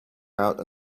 out